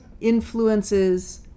influences